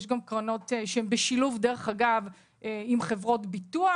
ויש גם קרנות שהן בשילוב עם חברות ביטוח,